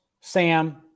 Sam